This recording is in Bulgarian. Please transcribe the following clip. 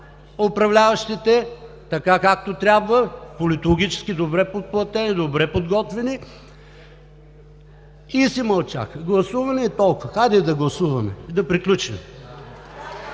управляващите – така, както трябва, политологически добре подплатени, добре подготвени и си мълчаха. Гласуване и толкова. Хайде да гласуваме и да приключим!